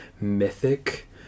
Mythic